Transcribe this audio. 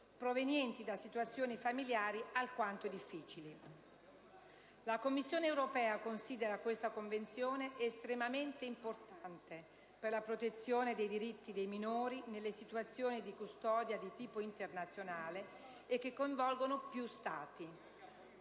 provenienti da situazioni familiari alquanto difficili. La Commissione europea considera questa Convenzione estremamente importante per la protezione dei diritti dei minori nelle situazioni di custodia di tipo internazionale e che coinvolgono più Stati.